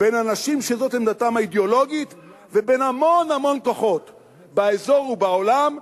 בין אנשים שזאת עמדתם האידיאולוגית ובין המון המון כוחות באזור ובעולם,